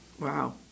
Wow